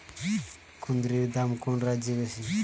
কুঁদরীর দাম কোন রাজ্যে বেশি?